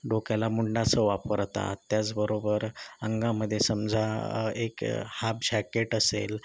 डोक्याला मुंडासं वापरतात त्याचबरोबर अंगामध्ये समजा एक हाफ झॅकेट असेल